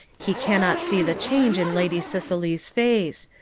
he cannot see the change in lady cicely's face.